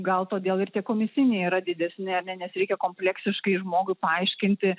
gal todėl ir tie komisiniai yra didesni ane nes reikia kompleksiškai žmogui paaiškinti